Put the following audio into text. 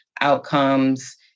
outcomes